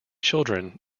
children